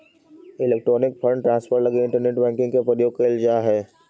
electronic fund transfer लगी internet banking के प्रयोग कैल जा हइ